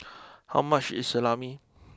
how much is Salami